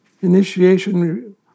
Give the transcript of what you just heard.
initiation